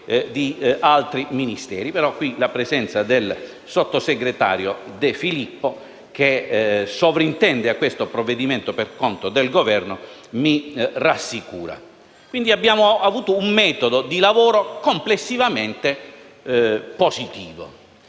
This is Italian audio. quindi avuto un metodo di lavoro complessivamente positivo.